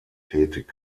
tätig